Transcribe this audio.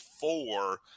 four